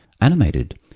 Animated